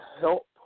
help